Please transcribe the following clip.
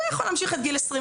הוא היה יכול להמשיך עד גיל 21,